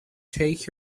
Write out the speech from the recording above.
take